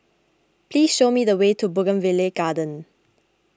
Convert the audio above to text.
please show me the way to Bougainvillea Garden